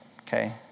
Okay